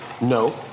No